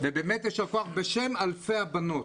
ובאמת יישר כח בשם אלפי הבנות.